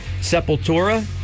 Sepultura